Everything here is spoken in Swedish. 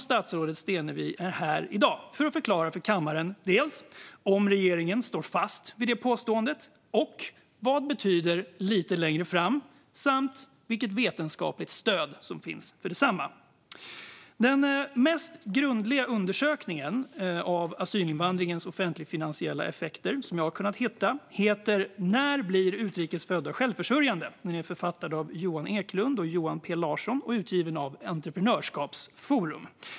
Statsrådet Stenevi är alltså här i dag för att förklara för kammaren om regeringen står fast vid det påståendet, vad "lite längre fram" betyder samt vilket vetenskapligt stöd som finns för detsamma. Den mest grundliga undersökning av asylinvandringens offentligfinansiella effekter som jag har kunnat hitta heter När blir utrikes födda självförsörjande? Den är författad av Johan Eklund och Johan P Larsson och utgiven av Entreprenörskapsforum.